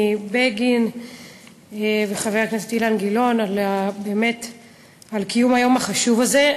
לחבר הכנסת בני בגין ולחבר הכנסת אילן גילאון על קיום היום החשוב הזה.